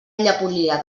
llepolia